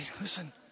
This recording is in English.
listen